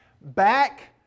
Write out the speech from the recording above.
Back